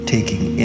taking